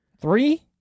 three